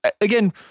Again